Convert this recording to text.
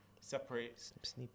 separate